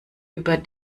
über